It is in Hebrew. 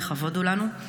לכבוד הוא לנו.